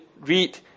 read